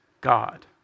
God